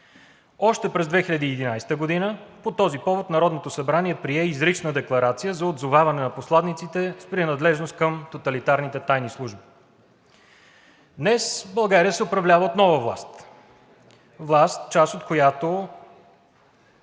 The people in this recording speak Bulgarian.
Още през 2011 г. по този повод Народното събрание прие изрична декларация за отзоваване на посланиците с принадлежност към тоталитарните тайни служби. Днес България се управлява от нова власт, част от която